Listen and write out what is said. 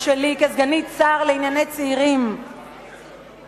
קריאות הביניים נגמרו, נגמרו, נגמרו.